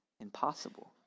impossible